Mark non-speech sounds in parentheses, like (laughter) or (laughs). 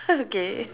(laughs) okay